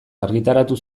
argitaratu